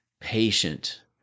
patient